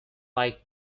like